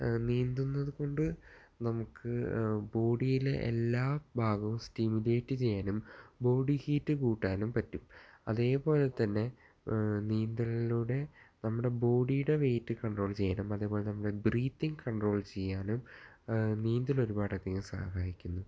നീന്തുന്നതു കൊണ്ട് നമുക്ക് ബോഡിയിൽ എല്ലാം ഭാഗവും സ്റ്റിമുലേറ്റ് ചെയ്യാനും ബോഡി ഹീറ്റ് കൂട്ടാനും പറ്റും അതേപോലെ തന്നെ നീന്തലിലൂടെ നമ്മുടെ ബോഡിയുടെ വെയിറ്റ് കണ്ട്രോൾ ചെയ്യാനും അതെപോലെ നമ്മുടെ ബ്രീത്തിങ് കണ്ട്രോൾ ചെയ്യാനും നീന്തൽ ഒരുപാട് അധികം സഹായിക്കുന്നു